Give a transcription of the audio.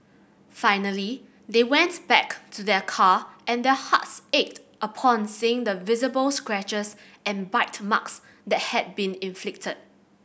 finally they went back to their car and their hearts ached upon seeing the visible scratches and bite marks that had been inflicted